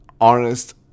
honest